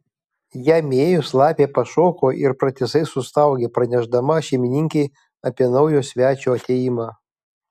jam įėjus lapė pašoko ir pratisai sustaugė pranešdama šeimininkei apie naujo svečio atėjimą